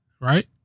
right